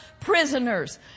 prisoners